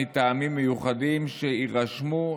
מטעמים מיוחדים שיירשמו,